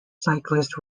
cyclist